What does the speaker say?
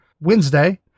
Wednesday